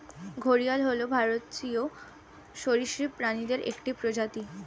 ঘড়িয়াল হল ভারতীয় সরীসৃপ প্রাণীদের একটি প্রজাতি